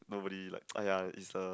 nobody like !aiya! is a